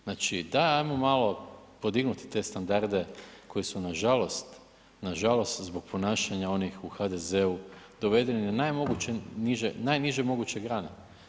Znači, daj ajmo malo podignuti te standarde koji su nažalost, nažalost zbog ponašanja onih u HDZ-u dovedeni na najniže moguće grane.